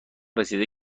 رسیده